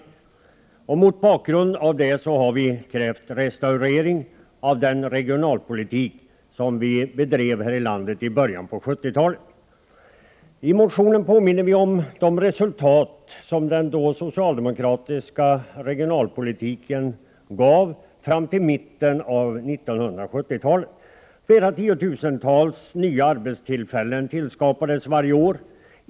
Mot denna bakgrund har vi krävt restaurering av den regionalpolitik som vi bedrev här i landet i början av 1970-talet. Vi motionärer påminner om de resultat som den socialdemokratiska regionalpolitiken gav fram till mitten av 1970-talet. Flera tiotusental nya arbetstillfällen tillskapades varje år.